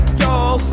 y'all